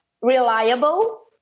reliable